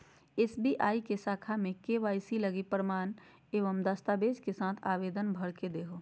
SBI के शाखा में के.वाई.सी लगी प्रमाण एवं दस्तावेज़ के साथ आवेदन भर के देहो